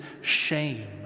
shame